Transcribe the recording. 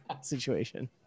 Situation